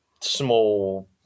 small